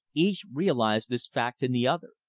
each realized this fact in the other.